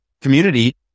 community